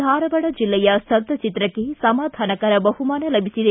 ಧಾರವಾಡ ಜಿಲ್ಲೆಯ ಸ್ತಭ್ಯಚಿತ್ರಕ್ಕೆ ಸಮಾಧಾನಕರ ಬಹುಮಾನ ಲಭಿಸಿದೆ